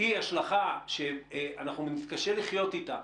היא השלכה שקשה לחיות איתה,